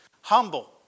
Humble